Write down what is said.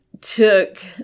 took